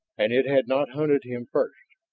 and it had not hunted him first.